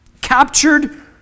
captured